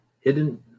hidden